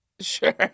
Sure